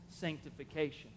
sanctification